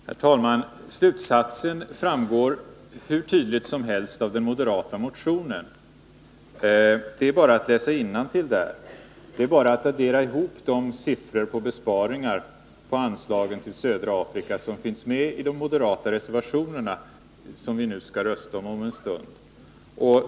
Herr talman! Slutsatsen framgår hur tydligt som helst av den moderata motionen. Det är bara att läsa innantill där, det är bara att addera de siffror för besparingar på anslagen till södra Afrika som finns i de moderata reservationerna, som vi om en stund skall rösta om.